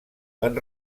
van